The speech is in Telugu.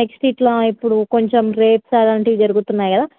నెక్స్ట్ ఇట్లా ఇప్పుడు కొంచెం రేప్స్ అలాంటివి జరుగుతున్నాయి కదా